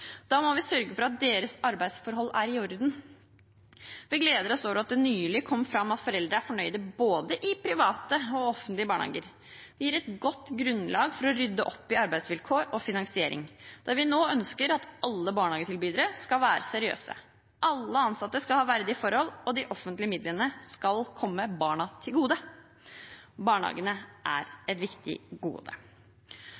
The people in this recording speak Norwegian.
Da må vi sørge for at deres arbeidsforhold er i orden. Vi gleder oss over at det nylig kom fram at foreldre er fornøyd både med de private og de offentlige barnehagene. Det gir et godt grunnlag for å rydde opp i arbeidsvilkår og finansiering når vi nå ønsker at alle barnehagetilbydere skal være seriøse. Alle ansatte skal ha verdige forhold, og de offentlige midlene skal komme barna til gode. Barnehagene er